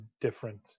different